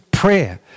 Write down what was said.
prayer